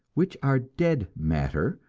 which are dead matter,